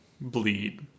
bleed